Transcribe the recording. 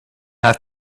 have